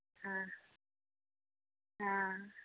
हँ हँ